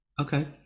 Okay